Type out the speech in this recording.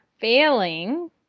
failing